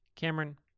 Cameron